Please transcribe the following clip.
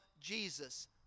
Jesus